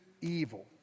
evil